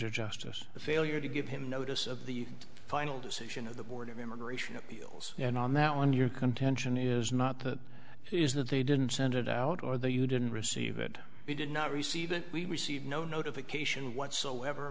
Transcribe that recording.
of justice the failure to give him notice of the final decision of the board of immigration appeals and on that one your contention is not that is that they didn't send it out or that you didn't receive it he did not receive it we received no notification whatsoever